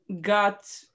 got